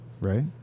Right